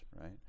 right